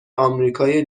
آمریکای